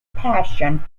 passion